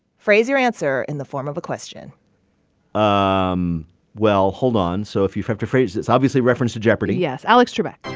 phrase your answer in the form of a question um well, hold on. so if you have to phrase it's obviously a reference to jeopardy. yes, alex trebek